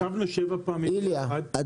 ישבנו שבע פעמים --- די,